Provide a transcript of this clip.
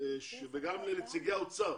וגם לנציגי האוצר